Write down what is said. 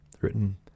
written